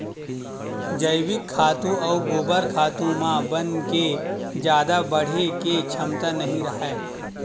जइविक खातू अउ गोबर खातू म बन के जादा बाड़हे के छमता नइ राहय